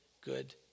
good